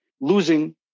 losing